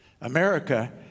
America